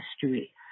history